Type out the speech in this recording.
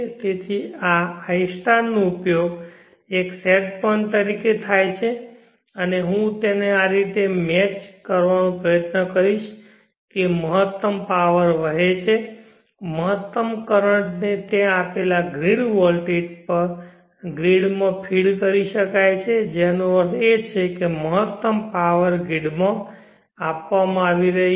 તેથી આ i નો ઉપયોગ એક સેટ પોઇન્ટ તરીકે થાય છે અને હું તેને આ રીતે મેચ કરવાનો પ્રયત્ન કરીશ કે મહત્તમ પાવર વહે છે મહત્તમ કરંટ ને તે આપેલા ગ્રીડ વોલ્ટેજ પર ગ્રીડમાં ફીડ શકાય છે જેનો અર્થ છે કે મહત્તમ પાવર ગ્રીડ માં આપવામાં આવી રહી છે